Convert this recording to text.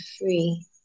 free